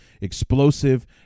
explosive